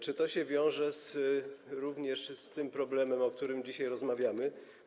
Czy to się wiąże również z tym problemem, o którym dzisiaj rozmawiamy?